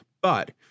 But-